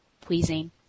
pleasing